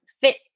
fit